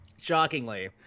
Shockingly